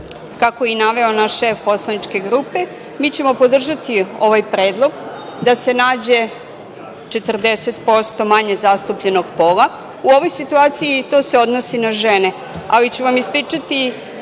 kako je i naveo naš šef poslaničke grupe mi ćemo podržati ovaj predlog da se nađe 40% manje zastupljenog pola u ovoj situaciji i to se odnosi na žene. Ali, ispričaću